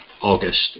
August